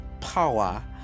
power